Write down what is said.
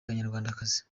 umunyarwandakazi